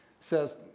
Says